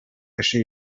кеше